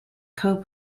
cope